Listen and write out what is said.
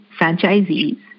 franchisees